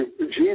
Jesus